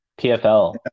PFL